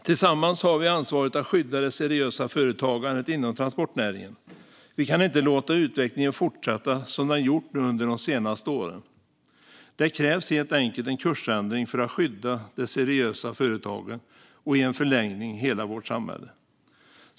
Tillsammans har vi ansvaret att skydda det seriösa företagandet inom transportnäringen. Vi kan inte låta utvecklingen fortsätta som den gjort under de senaste åren. Det krävs helt enkelt en kursändring för att skydda de seriösa företagen och i en förlängning hela vårt samhälle.